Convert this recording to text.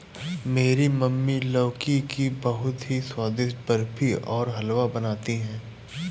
मेरी मम्मी लौकी की बहुत ही स्वादिष्ट बर्फी और हलवा बनाती है